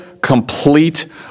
complete